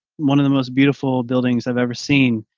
one of the most beautiful buildings i've ever seen.